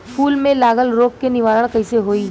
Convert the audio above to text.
फूल में लागल रोग के निवारण कैसे होयी?